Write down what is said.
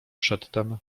przedtem